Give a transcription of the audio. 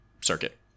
circuit